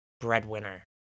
breadwinner